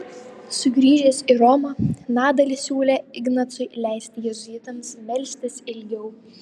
sugrįžęs į romą nadalis siūlė ignacui leisti jėzuitams melstis ilgiau